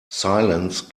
silence